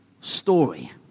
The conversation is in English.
story